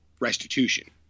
restitution